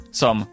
som